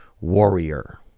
warrior